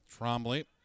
Trombley